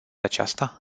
aceasta